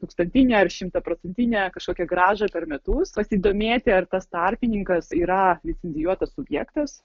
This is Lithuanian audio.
tūkstantinę ar šimtaprocentinę kažkokią grąžą per metus pasidomėti ar tas tarpininkas yra licencijuotas subjektas